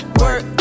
work